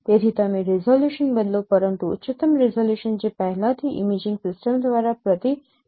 તેથી તમે રીઝોલ્યુશન બદલો પરંતુ ઉચ્ચતમ રીઝોલ્યુશન જે પહેલાથી ઇમેજિંગ સિસ્ટમ દ્વારા પ્રતિબંધિત છે